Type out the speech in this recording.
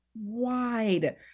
wide